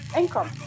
income